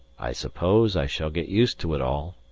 i suppose i shall get used to it all.